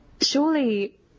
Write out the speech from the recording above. Surely